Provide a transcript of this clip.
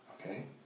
okay